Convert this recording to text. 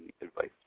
advice